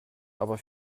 aber